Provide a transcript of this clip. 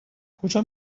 کجا